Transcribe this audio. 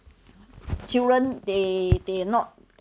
children they they not